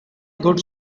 good